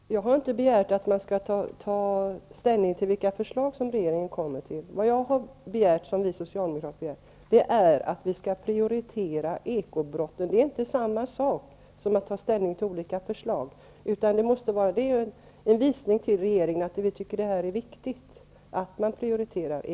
Fru talman! Jag har inte begärt att man skall ta ställning till vilka förslag som regeringen kommer fram till. Vad vi socialdemokrater har begärt är att bekämpningen av de ekonomiska brotten skall prioriteras. Det är inte samma sak som att ta ställning till olika förslag, utan det är en markering att det är viktigt med denna prioritering.